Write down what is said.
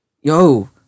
Yo